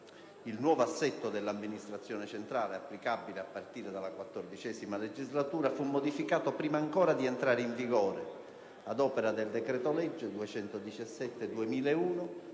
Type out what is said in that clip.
il nuovo assetto dell'Amministrazione centrale - applicabile a partire dalla XIV legislatura - fu modificato prima ancora di entrare in vigore, ad opera del decreto-legge n. 217